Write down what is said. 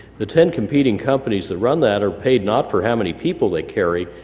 the ten competing companies that run that are paid not for how many people they carry,